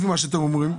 לפי מה שאתם אומרים,